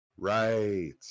Right